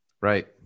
Right